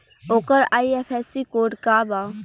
ओकर IFSC code का बा?